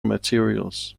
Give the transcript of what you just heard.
materials